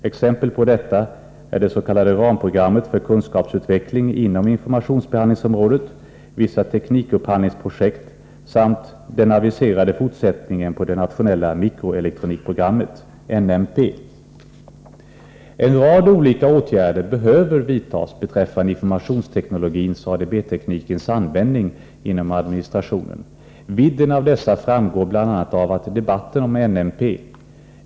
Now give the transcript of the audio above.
Exempel på detta är det s.k. ramprogrammet för kunskapsutveckling inom informationsbehandlingsområdet, vissa teknikupphandlingsprojekt samt den aviserade fortsättningen på det nationella mikroelektronikprogrammet, NMP. En rad olika åtgärder behöver vidtas beträffande informationsteknologins och ADB-teknikens användning inom administrationen. Vidden av dessa framgår bl.a. av debatten om NMP.